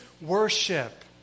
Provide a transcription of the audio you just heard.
worship